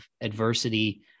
adversity